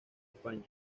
españa